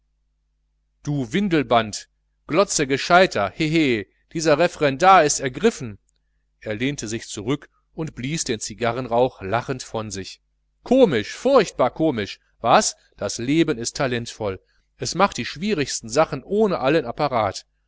du windelband glotze gescheidter hehe dieser referendar ist ergriffen er lehnte sich zurück und blies den cigarrenrauch lachend von sich komisch furchtbar komisch was das leben ist talentvoll es macht die schwierigsten sachen ohne allen apparat